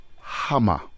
Hammer